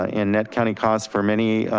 ah in net county costs for many,